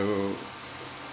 will